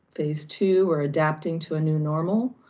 phase two, we're adapting to a new normal.